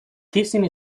teasing